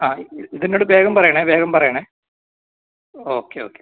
ആ ഇത് എന്നോട് വേഗം പറയണേ വേഗം പറയണേ ഓക്കെ ഓക്കെ